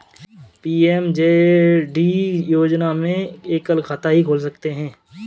PMJD योजना में एकल खाता ही खोल सकते है